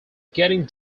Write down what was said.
getting